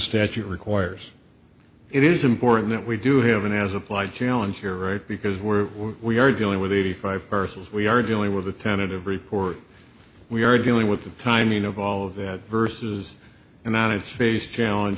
statute requires it is important that we do have an as applied challenge here right because we're we are dealing with eighty five earth as we are dealing with a tentative report we are dealing with the timing of all of that versus an on its face challenge